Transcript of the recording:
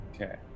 Okay